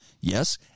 Yes